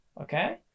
okay